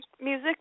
music